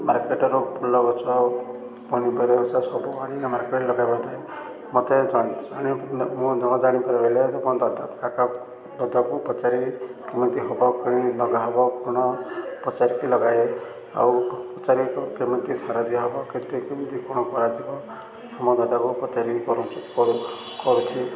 ମାର୍କେଟରୁ ଫୁଲ ଗଛ ପନିପରିବା ଗଛ ସବୁ ଆଣି ମାର୍କେଟରେ ଲଗାଇବା ଯାଏ ମୋତେ ମୁଁ ଜାଣିପାରିଲେ କାକା ଦଦାକୁ ପଚାରିକି କେମିତି ହବ କି ଲଗା ହବ କ'ଣ ପଚାରିକି ଲଗାଏ ଆଉ ପଚାରିକି କେମିତି ସାର ଦିଆହବ କେମିତି କ'ଣ କରାଯିବ ମୋ ଦାଦାକୁ ପଚାରିକି କରୁଛି